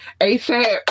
ASAP